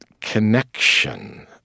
connection